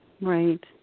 Right